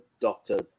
doctor